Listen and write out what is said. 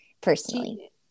personally